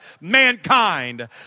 mankind